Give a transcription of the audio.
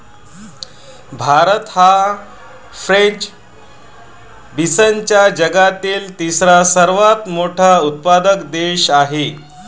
भारत हा फ्रेंच बीन्सचा जगातील तिसरा सर्वात मोठा उत्पादक देश आहे